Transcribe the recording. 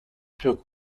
purent